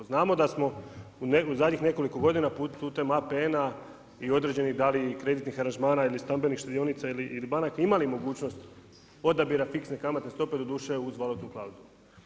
Znamo da smo u zadnjih nekoliko godina putem APN-a i određenih da li i kreditnih aranžmana ili stambenih štedionica ili banaka imali mogućnost odabira fiksne kamatne stope, doduše uz valutnu klauzulu.